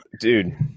Dude